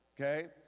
okay